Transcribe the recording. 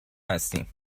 هستیم